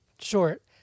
short